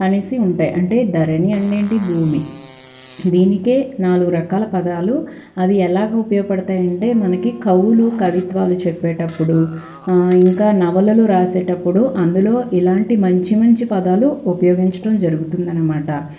అనేసి ఉంటాయి అంటే ధరణి అంటే ఏంటి భూమి దీనికే నాలుగు రకాల పదాలు అవి ఎలాగ ఉపయోగ పడతాయంటే మనకి కవులు కవిత్వాలు చెప్పేటప్పుడు ఇంకా నవలలు రాసేటప్పుడు అందులో ఇలాంటి మంచి మంచి పదాలు ఉపయోగించటం జరుగుతుందనమాట